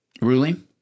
Ruling